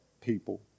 people